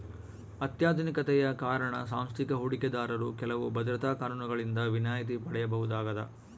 ಅತ್ಯಾಧುನಿಕತೆಯ ಕಾರಣ ಸಾಂಸ್ಥಿಕ ಹೂಡಿಕೆದಾರರು ಕೆಲವು ಭದ್ರತಾ ಕಾನೂನುಗಳಿಂದ ವಿನಾಯಿತಿ ಪಡೆಯಬಹುದಾಗದ